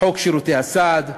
חוק שירותי הסעד,